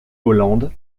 hollande